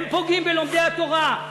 הם פוגעים בלומדי התורה.